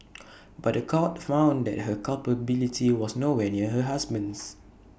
but The Court found that her culpability was nowhere near her husband's